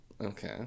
Okay